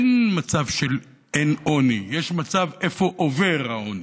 אין מצב של אין עוני, יש מצב של איפה עובר העוני.